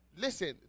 listen